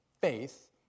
faith